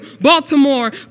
Baltimore